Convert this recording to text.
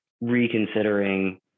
reconsidering